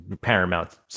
paramount